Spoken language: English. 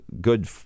good